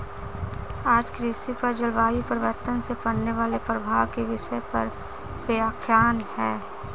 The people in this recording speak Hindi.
आज कृषि पर जलवायु परिवर्तन से पड़ने वाले प्रभाव के विषय पर व्याख्यान है